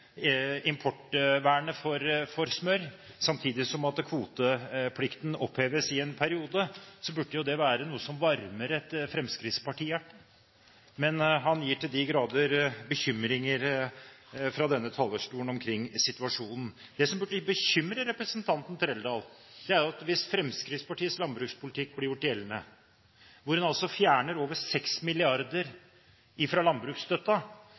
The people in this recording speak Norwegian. importvernet for smør samtidig som kvoteplikten oppheves i en periode, burde jo det være noe som varmer et fremskrittspartihjerte. Men han gir til de grader uttrykk for bekymringer fra denne talerstolen omkring situasjonen. Det som burde bekymre representanten Trældal, er at hvis Fremskrittspartiets landbrukspolitikk ble gjort gjeldende, hvor en altså fjerner over